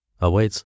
awaits